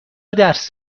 درس